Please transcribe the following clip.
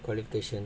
qualification